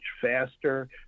faster